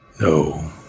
No